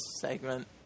segment